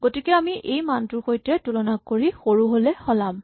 গতিকে আমি এই মানটোৰ সৈতে তুলনা কৰি সৰু হ'লে সলাম